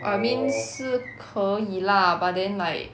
I mean 是可以 lah but then like